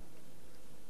היה קשה לו.